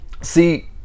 See